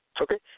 Okay